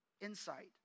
insight